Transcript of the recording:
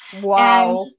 wow